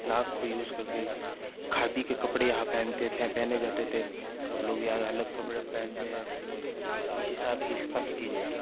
लाख को यूज़ करके खादी के कपड़े यहाँ पहनते पहने जाते थे अब लोग यहाँ अलग कपड़े पहनते हैं इस हिसाब की काफ़ी चीज़ें हैं